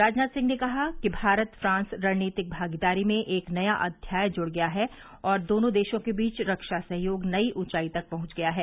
राजनाथ सिंह ने कहा कि भारत फ्रांस रणनीतिक भागीदारी में एक नया अध्याय जुड़ गया है और दोनों देशों के बीच रक्षा सहयोग नई ऊंचाई तक पहुंच गया है